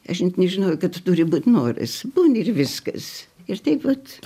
aš net nežinojau kad turi būt noras būni ir viskas ir taip vat